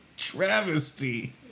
Travesty